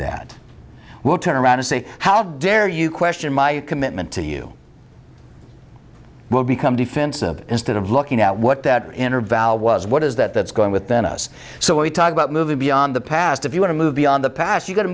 that will turn around and say how dare you question my commitment to you will become defensive instead of looking at what that inner valve was what is that that's gone with then us so we talk about moving beyond the past if you want to move beyond the past you got to